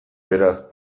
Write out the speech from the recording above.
beraz